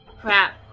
Crap